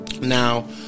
Now